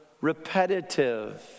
repetitive